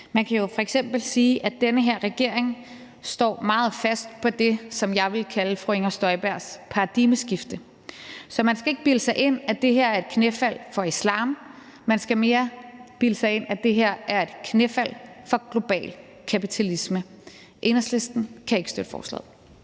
Man kan jo f.eks. sige, at den her regering står meget fast på det, som jeg vil kalde fru Inger Støjberg paradigmeskifte. Så man skal ikke bilde sig ind, at det her er et knæfald for islam; man skal mere se det, som om det her er et knæfald for global kapitalisme. Enhedslisten kan ikke støtte forslaget.